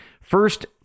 first